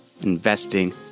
investing